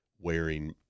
wearing